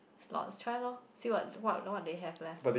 slots try loh see what what what they have left